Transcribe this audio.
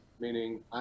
Meaning